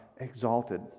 exalted